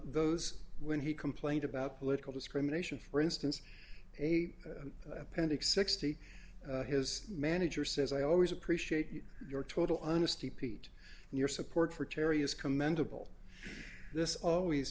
those when he complained about political discrimination for instance a appendix sixty his manager says i always appreciate your total honesty pete and your support for terry is commendable this always